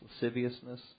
lasciviousness